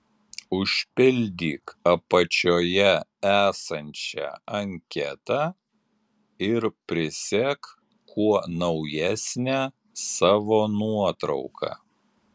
užpildyk apačioje esančią anketą ir prisek kuo naujesnę savo nuotrauką